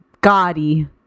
Gaudy